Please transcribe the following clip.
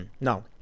no